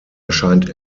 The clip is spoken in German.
erscheint